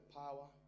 power